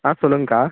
ஆ சொல்லுங்கக்கா